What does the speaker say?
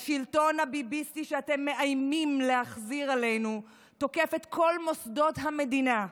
השלטון הביביסטי שאתם מאיימים להחזיר עלינו תוקף את כל מוסדות המדינה,